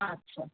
আচ্ছা